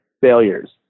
failures